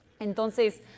Entonces